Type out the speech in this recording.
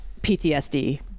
PTSD